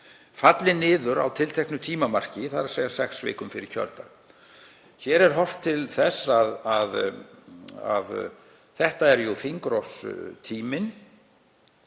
falli niður á tilteknu tímamarki, þ.e. sex vikum fyrir kjördag. Hér er horft til þess að það er jú þingrofstíminn,